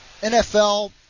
NFL